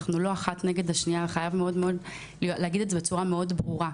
אנחנו לא אחת נגד השנייה וחייב להגיד את זה בצורה מאוד ברורה.